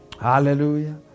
Hallelujah